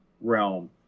realm